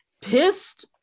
pissed